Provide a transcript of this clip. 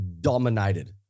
dominated